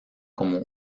como